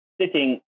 Sitting